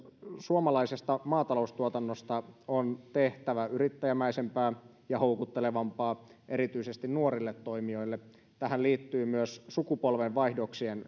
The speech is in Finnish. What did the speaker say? suomalaisesta maataloustuotannosta on tehtävä yrittäjämäisempää ja houkuttelevampaa erityisesti nuorille toimijoille tähän liittyy myös sukupolvenvaihdoksien